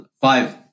five